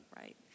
Right